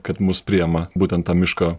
kad mus priima būtent ta miško